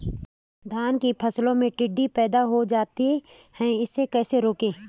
धान की फसल में टिड्डे पैदा हो जाते हैं इसे कैसे रोकें?